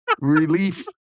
Relief